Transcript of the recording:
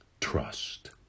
trust